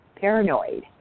paranoid